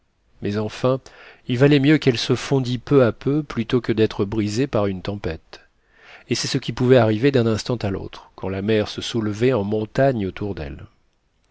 mais enfin il valait mieux qu'elle se fondit peu à peu plutôt que d'être brisée par une tempête et c'est ce qui pouvait arriver d'un instant à l'autre quand la mer se soulevait en montagnes autour d'elle